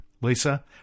Lisa